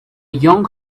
young